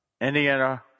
Indiana